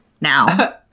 now